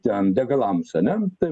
ten degalams ane taip